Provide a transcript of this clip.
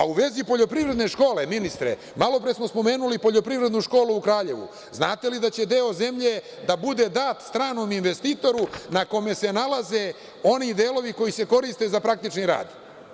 U vezi poljoprivredne škole, ministre, malopre smo spomenuli Poljoprivrednu školu u Kraljevu, znate li da će deo zemlje da bude dat stranom investitoru na kome se nalaze oni delovi koji se koriste za praktičan rad?